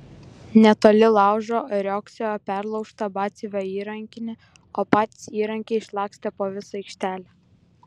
netoli laužo riogsojo perlaužta batsiuvio įrankinė o patys įrankiai išlakstę po visą aikštelę